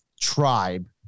tribe